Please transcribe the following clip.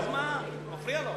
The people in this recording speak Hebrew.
אני לא מפריע.